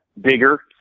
bigger